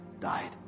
died